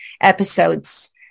episodes